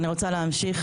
אני רוצה להמשיך,